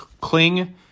cling